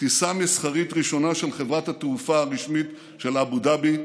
טיסה מסחרית ראשונה של חברת התעופה הרשמית של אבו דאבי.